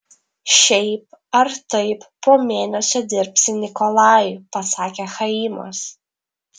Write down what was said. šiaip ar taip po mėnesio dirbsi nikolajui pasakė chaimas